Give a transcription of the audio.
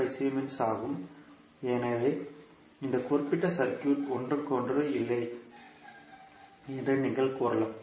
25 siemens ஆகும் எனவே இந்த குறிப்பிட்ட சர்க்யூட் ஒன்றுக்கொன்று இல்லை என்று நீங்கள் கூறலாம்